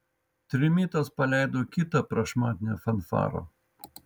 trimitas paleido kitą prašmatnią fanfarą